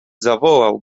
zawołał